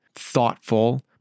thoughtful